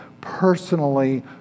personally